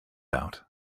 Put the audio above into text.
out